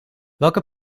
welke